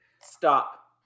Stop